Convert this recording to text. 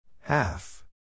Half